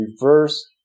reverse